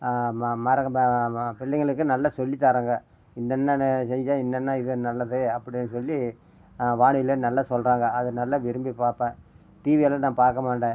ம மரகப ம பிள்ளைங்களுக்கு நல்ல சொல்லி தராங்க இன்னென்ன செய்தால் இன்னென்ன இது நல்லது அப்படினு சொல்லி வானிலை நல்லா சொல்கிறாங்க அதை நல்லா விரும்பி பார்ப்பேன் டிவி எல்லாம் நான் பார்க்க மாட்டேன்